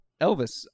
Elvis